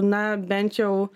na bent jau